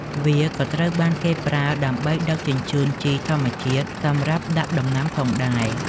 វាក៏ត្រូវបានគេប្រើដើម្បីដឹកជញ្ជូនជីធម្មជាតិសម្រាប់ដាក់ដំណាំផងដែរ។